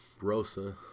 Rosa